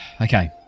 okay